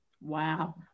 Wow